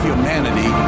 Humanity